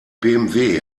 bmw